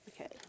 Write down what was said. Okay